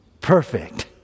perfect